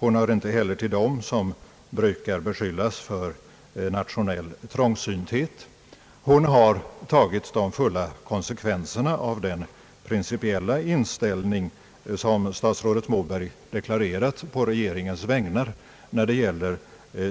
Hon hör inte heller till dem som brukar beskyllas för nationell trångsynthet. Hon har tagit de fulla konsekvenserna av den principiella inställning som statsrådet Moberg deklarerat på regeringens vägnar när det gäller